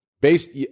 based